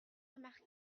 remarquer